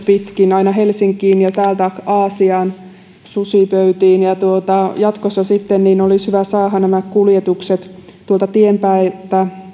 pitkin aina helsinkiin ja täältä aasiaan sushipöytiin jatkossa olisi hyvä saada nämä kuljetukset tuolta tien päältä